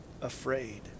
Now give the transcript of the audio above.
afraid